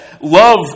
love